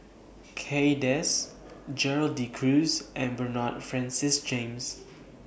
Kay Das Gerald De Cruz and Bernard Francis James